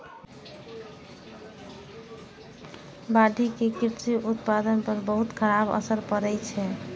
बाढ़ि के कृषि उत्पादन पर बहुत खराब असर पड़ै छै